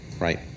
right